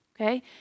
Okay